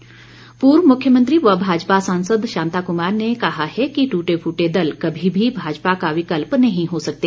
शांता कुमार पूर्व मुख्यमंत्री व भाजपा सांसद शांता कुमार ने कहा है कि ट्टेफूटे दल कभी भी भाजपा का विकल्प नहीं हो सकते